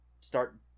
start